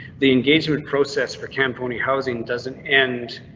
the engagement process for camponi housing doesn't end.